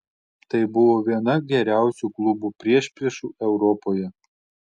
tai buvo viena geriausių klubų priešpriešų europoje